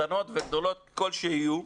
קטנות וגדולות ככל שיהיו.